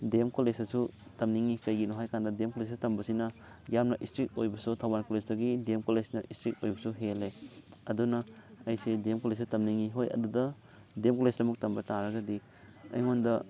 ꯗꯤ M ꯀꯣꯂꯦꯖꯇꯁꯨ ꯇꯝꯅꯤꯡꯉꯤ ꯀꯩꯒꯤꯅꯣ ꯍꯥꯏ ꯀꯥꯟꯗ ꯗꯤ ꯑꯦꯝ ꯀꯣꯂꯦꯖꯇ ꯇꯝꯕꯁꯤꯅ ꯌꯥꯝꯅ ꯏꯁꯇ꯭ꯔꯤꯛ ꯑꯣꯏꯕꯁꯨ ꯊꯧꯕꯥꯜ ꯀꯣꯂꯦꯖꯇꯒꯤ ꯗꯤ ꯑꯦꯝ ꯀꯣꯂꯦꯖꯅ ꯏꯁꯇ꯭ꯔꯤꯛ ꯑꯣꯏꯕꯁꯨ ꯍꯦꯜꯂꯦ ꯑꯗꯨꯅ ꯑꯩꯁꯦ ꯗꯤ ꯑꯦꯝ ꯀꯣꯂꯦꯖꯇ ꯇꯝꯅꯤꯡꯉꯤ ꯍꯣꯏ ꯑꯗꯨꯗ ꯗꯤ ꯑꯦꯝ ꯀꯣꯂꯦꯖꯇ ꯑꯃꯨꯛ ꯇꯝꯕ ꯇꯥꯔꯒꯗꯤ ꯑꯩꯉꯣꯟꯗ